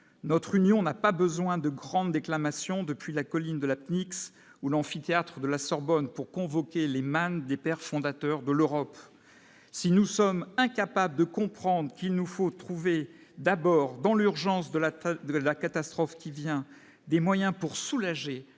notre union n'a pas besoin de grandes déclamations depuis la colline de la technique s'ou l'amphithéâtre de la Sorbonne pour convoquer les mânes des pères fondateurs de l'Europe, si nous sommes incapables de comprendre qu'il nous faut trouver d'abord dans l'urgence de la taille de la catastrophe qui vient des moyens pour soulager